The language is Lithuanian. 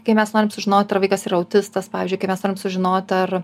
kai mes norim sužinot ar vaikas yra autistas pavyzdžiui kai mes norim sužinot ar